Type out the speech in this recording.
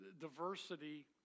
Diversity